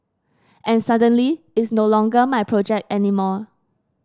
and suddenly it's no longer my project anymore